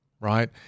right